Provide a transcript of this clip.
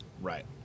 Right